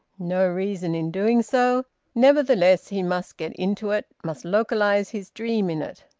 no reason in doing so nevertheless he must get into it, must localise his dream in it!